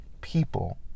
people